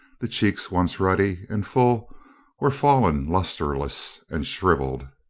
the cheeks once ruddy and full were fallen lusterless and shriv eled.